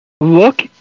Look